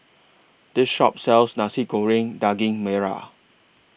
This Shop sells Nasi Goreng Daging Merah